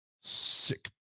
Sick